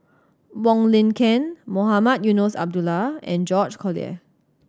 Wong Lin Ken Mohamed Eunos Abdullah and George Collyer